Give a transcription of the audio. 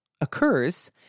occurs